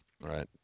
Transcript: Right